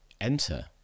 Enter